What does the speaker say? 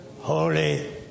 Holy